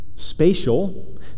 Spatial